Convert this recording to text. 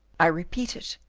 i repeat it,